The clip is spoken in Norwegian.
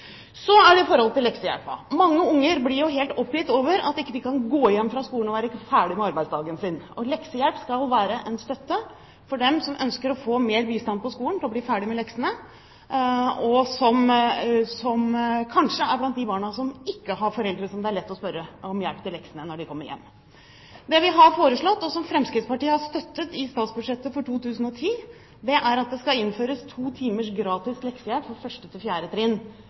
Så i forhold til leksehjelpen: Det er mange unger som blir oppgitt over at de ikke kan gå hjem fra skolen og være ferdige med arbeidsdagen sin. Leksehjelp skal være en støtte for dem som ønsker å få mer bistand på skolen til å bli ferdige med leksene, og som kanskje er blant de barna som ikke har foreldre som det er lett å spørre om hjelp til leksene, når de kommer hjem. Det vi har foreslått, og som Fremskrittspartiet har støttet i statsbudsjettet for 2010, er at det skal innføres to timers gratis leksehjelp på 1.–4. trinn fra høsten av. Fordi det er på 1.–4. trinn,